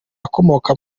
akomoka